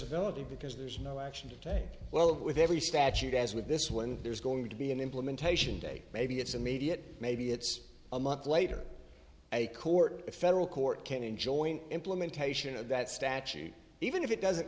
ability because there's no action to take well with every statute as with this one there's going to be an implementation day maybe it's immediate maybe it's a month later a court a federal court can in joint implementation of that statute even if it doesn't